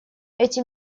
эти